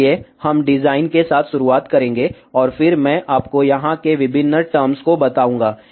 इसलिए हम डिजाइन के साथ शुरुआत करेंगे और फिर मैं आपको यहां के विभिन्न टर्म्स को बताऊंगा